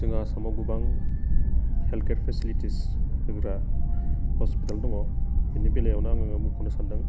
जों आसामाव गोबां हेल्थकेयार फिसिलिटिस होग्रा हस्पिटाल दङ बेनि बेलायावनो आङो मुख'नो सान्दों